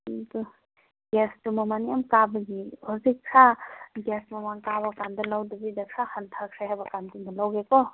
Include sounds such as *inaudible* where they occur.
ꯑꯗꯣ ꯒ꯭ꯌꯥꯁꯇꯨ ꯃꯃꯟ ꯌꯥꯝ ꯀꯥꯕꯒꯤ ꯍꯧꯖꯤꯛ ꯒ꯭ꯌꯥꯁ ꯃꯃꯟ ꯀꯥꯕꯀꯥꯟꯗ ꯂꯧꯗꯕꯤꯗ ꯈꯔ ꯍꯟꯊꯈ꯭ꯔꯦ ꯍꯥꯏꯕꯀꯥꯟꯗ *unintelligible* ꯂꯧꯒꯦꯀꯣ